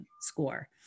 score